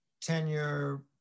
tenure